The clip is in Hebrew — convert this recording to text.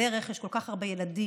בדרך יש כל כך הרבה ילדים,